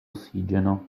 ossigeno